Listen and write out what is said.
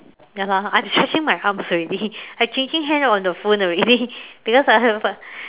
ya lah I stretching my arms already I changing hand on the phone already because I haven't